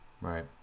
Right